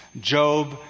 Job